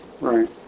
Right